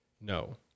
No